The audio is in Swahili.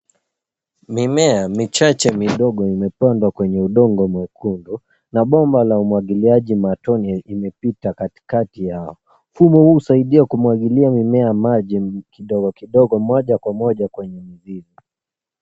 Mimea michache midogo imepandwa kwenye udongo mwekundu, na bomba la umwagiliaji matone imepita katikati yao. Mfumo huu husaidia kumwagilia mimea maji kidogo kidogo moja kwa moja kwenye mizizi.